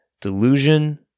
delusion